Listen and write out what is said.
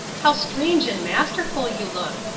how strange and masterful you look.